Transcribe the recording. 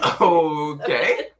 Okay